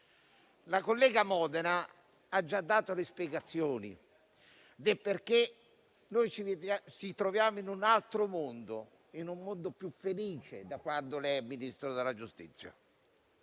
la collega Modena ha già spiegato perché ci troviamo in un altro mondo, un mondo più felice da quando lei è Ministro della giustizia.